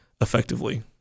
effectively